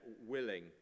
willing